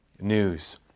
news